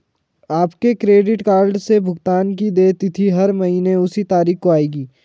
आपके credit card से भुगतान की देय तिथि हर महीने उसी तारीख को आएगी